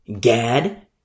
Gad